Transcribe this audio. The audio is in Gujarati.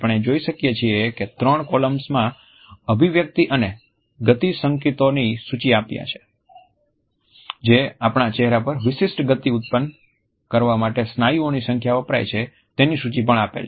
આપણે જોઈ શકીએ છીએ કે ત્રણ કૉલમ્સમાં અભિવ્યક્તિ અને ગતિ સંકેતોની સૂચિ આપ્યા પછી જે આપણા ચહેરા પર વિશિષ્ટ ગતિ ઉત્પન્ન કરવા માટે સ્નાયુઓની સંખ્યા વપરાય છે તેની સૂચિ પણ આપેલ છે